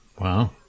Wow